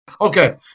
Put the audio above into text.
Okay